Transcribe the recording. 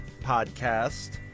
podcast